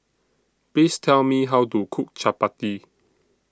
Please Tell Me How to Cook Chapati